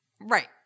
Right